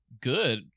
good